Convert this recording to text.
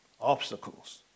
obstacles